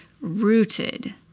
rooted